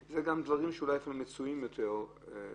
יותר,